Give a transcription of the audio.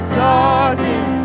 darkness